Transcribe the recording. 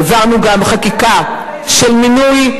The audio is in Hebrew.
הנחיתי את צוות משרדי,